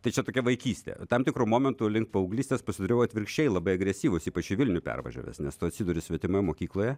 tai čia tokia vaikystė tam tikru momentu link paauglystės pasidariau atvirkščiai labai agresyvus ypač į vilnių pervažiavęs nes tu atsiduri svetimoj mokykloje